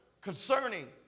concerning